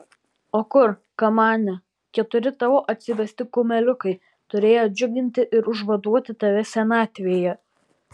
o kur kamane keturi tavo atsivesti kumeliukai turėję džiuginti ir užvaduoti tave senatvėje